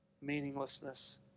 meaninglessness